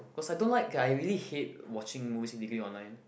cause I don't like I really hate watching watching movies online